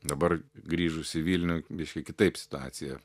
dabar grįžus į vilnių reiškia kitaip situacija